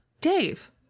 Dave